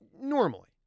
normally